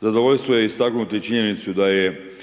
Zadovoljstvo je istaknuti činjenicu da je